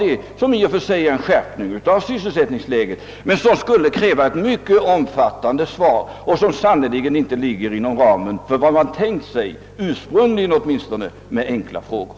Dessa friställanden medför i och för sig en skärpning av sysselsättningsläget, men ett svar som berör : alla dessa problem skuile bli mycket omfattande och inte ligga inom ramen för vad man ursprungligen tänkt sig med enkla frågor.